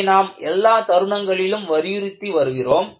இதை நாம் எல்லா தருணங்களிலும் வலியுறுத்தி வருகிறோம்